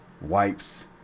Wipes